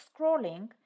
scrolling